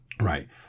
Right